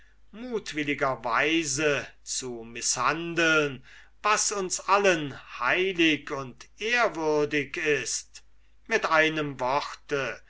stadt mutwilligerweise zu mißhandeln was uns allen heilig und ehrwürdig ist mit einem wort